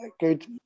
good